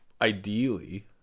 ideally